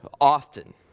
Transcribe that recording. often